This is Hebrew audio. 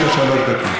יש לו שלוש דקות.